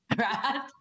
Right